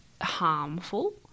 harmful